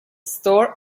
store